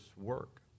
work